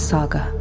Saga